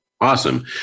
awesome